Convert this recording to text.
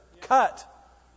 cut